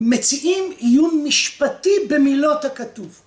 מציעים עיון משפטי במילות הכתוב